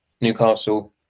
Newcastle